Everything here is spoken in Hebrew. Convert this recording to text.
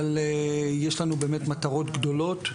אבל יש לנו באמת מטרות גדולות.